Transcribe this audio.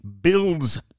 builds